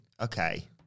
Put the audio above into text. Okay